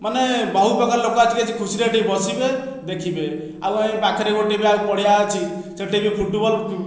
ମାନେ ବହୁତ ପ୍ରକାର ଲୋକ ଆସିକି ଏଠି ଖୁସିରେ ଟିକେ ବସିବେ ଦେଖିବେ ଆଉ ଏଇ ପାଖରେ ଗୋଟିଏ ପଡ଼ିଆ ଅଛି ସେଠି ବି ଫୁଟବଲ